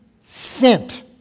sent